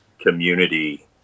community